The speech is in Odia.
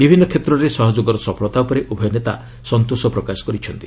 ବିଭିନ୍ନ କ୍ଷେତ୍ରରେ ସହଯୋଗର ସଫଳତା ଉପରେ ଉଭୟ ନେତା ସନ୍ତୋଷ ପ୍ରକାଶ କରିଛନ୍ତି